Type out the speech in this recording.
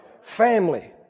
Family